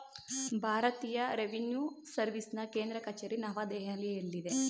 ಭಾರತೀಯ ರೆವಿನ್ಯೂ ಸರ್ವಿಸ್ನ ಕೇಂದ್ರ ಕಚೇರಿ ನವದೆಹಲಿಯಲ್ಲಿದೆ